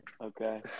Okay